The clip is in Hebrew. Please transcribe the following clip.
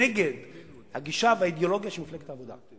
לגישה ולאידיאולוגיה של מפלגת העבודה.